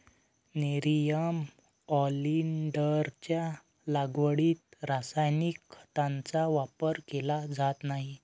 nerium ऑलिंडरच्या लागवडीत रासायनिक खतांचा वापर केला जात नाही